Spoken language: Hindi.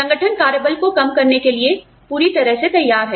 संगठन कार्यबल को कम करने के लिए पूरी तरह से तैयार है